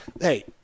hey